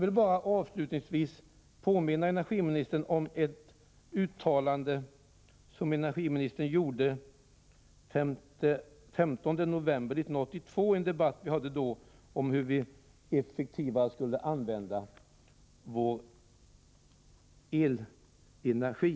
Jag vill avslutningsvis bara påminna energiministern om ett uttalande som hon gjorde den 15 november 1982 i en debatt vi då hade om hur vi effektivare skulle använda vår elenergi.